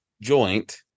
joint